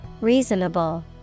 Reasonable